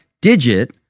digit